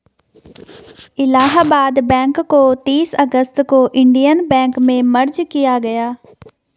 Allahabad bank को तीस अगस्त को इन्डियन बैंक में मर्ज किया गया है